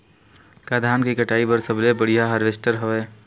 का धान के कटाई बर सबले बढ़िया हारवेस्टर हवय?